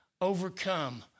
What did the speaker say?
overcome